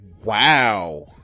wow